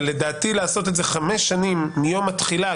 אבל לדעתי לעשות את זה חמש שנים מיום התחילה,